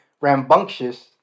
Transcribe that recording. rambunctious